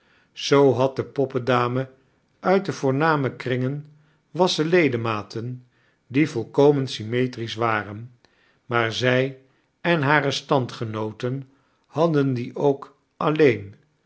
zoo had de poppendame uit de voorname kringen wassen ledematem die volkomen symetrisoh waren maar zij en hare standgenooten hadden die ook alleeai